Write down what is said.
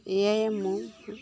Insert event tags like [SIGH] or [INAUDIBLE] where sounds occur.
[UNINTELLIGIBLE]